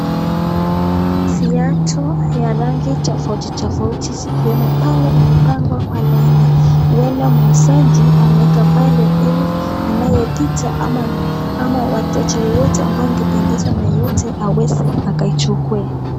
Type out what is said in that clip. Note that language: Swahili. Viatu ya rangi tofauti tofauti zikiwemo pale imepangwa kwa laini. Huenda muuzaji ameweka pale ili anayepita ama wateja yoyote ambaye angependezwa na yoyote aweze akaichukue.